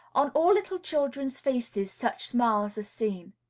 on all little children's faces such smiles are seen.